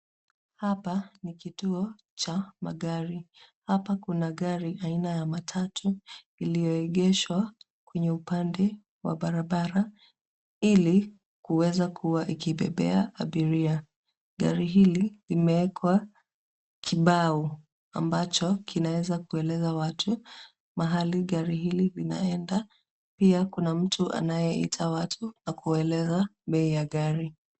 Hapa ni kituo cha magari. Hapa kuna gari aina ya matatu, iliyoegeshwa kwenye upande wa barabara, ili kuwezakuwa ikibebea abiria. Gari hili limewekwa kibao, ambacho kinawezakueleza watu mahali gari hili linaenda, piakuna mtu anayeita watu na kuwaeleza bei ya gari.